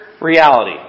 reality